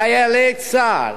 לחיילי צה"ל.